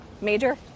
Major